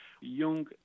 young